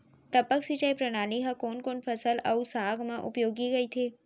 टपक सिंचाई प्रणाली ह कोन कोन फसल अऊ साग म उपयोगी कहिथे?